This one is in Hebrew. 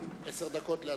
עשר דקות לאדוני.